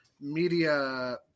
media